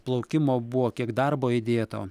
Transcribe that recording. plaukimo buvo kiek darbo įdėto